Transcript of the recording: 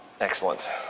Excellent